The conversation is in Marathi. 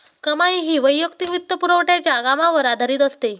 कमाई ही वैयक्तिक वित्तपुरवठ्याच्या कामावर आधारित असते